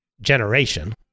generation